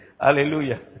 Hallelujah